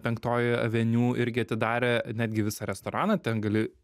penktoji aveniu irgi atidarė netgi visą restoraną ten gali